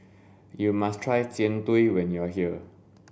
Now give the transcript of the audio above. you must try jian dui when you are here